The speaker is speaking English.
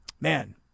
man